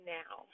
now